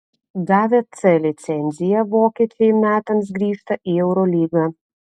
gavę c licenciją vokiečiai metams grįžta į eurolygą